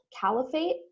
caliphate